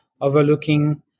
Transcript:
overlooking